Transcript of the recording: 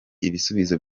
ibisubizo